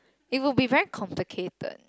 it would be very complicated